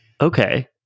Okay